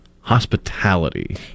hospitality